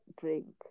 drink